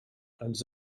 ens